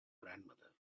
grandmother